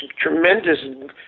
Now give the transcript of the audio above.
tremendous